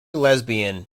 lesbian